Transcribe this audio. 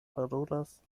parolas